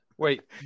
Wait